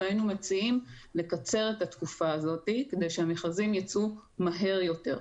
היינו מציעים לקצר את התקופה הזאת כדי שהמכרזים ייצאו מהר יותר.